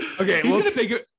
Okay